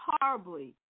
horribly